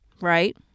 right